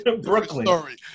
Brooklyn